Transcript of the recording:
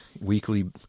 weekly